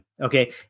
Okay